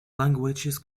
languages